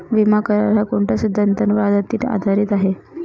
विमा करार, हा कोणत्या सिद्धांतावर आधारीत आहे?